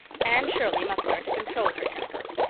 ann shirley must learn to control her temper,